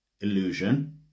illusion